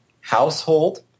household